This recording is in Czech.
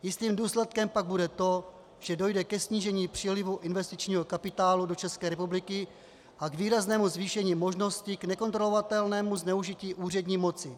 Jistým důsledkem pak bude to, že dojde ke snížení přílivu investičního kapitálu do České republiky a k výraznému zvýšení možnosti k nekontrolovatelnému zneužití úřední moci.